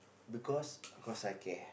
because because I care